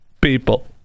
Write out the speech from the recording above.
People